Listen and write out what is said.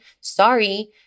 Sorry